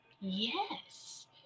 yes